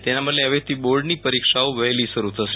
તેના બદલે હવેથી બોર્ડની પરીક્ષાઓ વહેલી શરૂ થશે